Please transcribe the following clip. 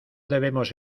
debemos